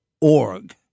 org